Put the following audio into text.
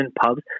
pubs